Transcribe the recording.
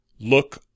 Look